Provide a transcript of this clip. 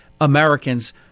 Americans